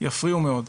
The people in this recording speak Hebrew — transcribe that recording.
יפריעו מאוד.